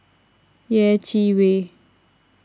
Yeh Chi Wei